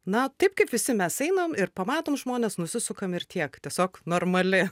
na taip kaip visi mes einam ir pamatom žmones nusisukam ir tiek tiesiog normali